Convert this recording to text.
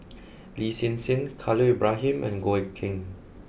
Lin Hsin Hsin Khalil Ibrahim and Goh Eck Kheng